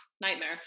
nightmare